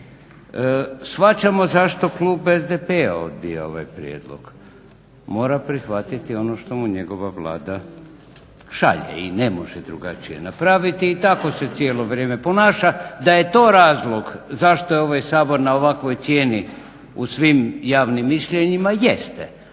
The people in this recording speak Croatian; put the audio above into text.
Shvaćamo zašto klub SDP-a odbija ovaj prijedlog. Mora prihvatiti ono što mu njegova Vlada šalje i ne može drugačije napraviti i tako se cijelo vrijeme ponaša. Da je to razlog zašto je ovaj Sabor na ovakvoj cijeni u svim javnim mišljenjima, jeste.